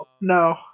no